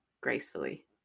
gracefully